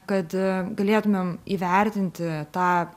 kad galėtumėm įvertinti tą